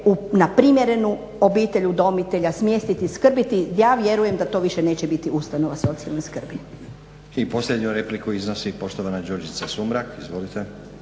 na primjerenu obitelj udomitelja smjestiti i skrbiti. Ja vjerujem da to više neće biti ustanova socijalne skrbi. **Stazić, Nenad (SDP)** I posljednju repliku iznosi poštovana Đurđica Sumrak. Izvolite.